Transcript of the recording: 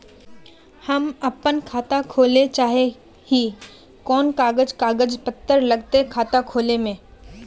हम अपन खाता खोले चाहे ही कोन कागज कागज पत्तार लगते खाता खोले में?